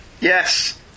Yes